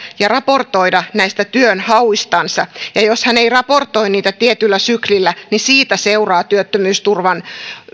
ja raportoida näistä työnhauistansa ja jos hän ei raportoi niitä tietyllä syklillä niin siitä seuraa työttömyysturvan